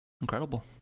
Incredible